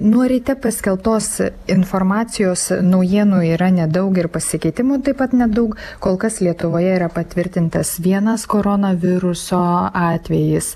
nuo ryte paskelbtos informacijos naujienų yra nedaug ir pasikeitimų taip pat nedaug kol kas lietuvoje yra patvirtintas vienas koronaviruso atvejis